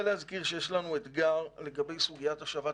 נעבור לעיקר שהוא הסברת החוץ.